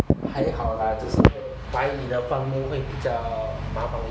还好啦就是来你的地方会比较麻烦